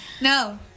No